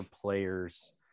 players